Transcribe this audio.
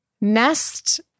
Nest